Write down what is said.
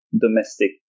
domestic